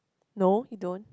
no he don't